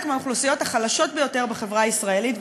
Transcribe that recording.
מהאוכלוסיות החלשות ביותר בחברה הישראלית,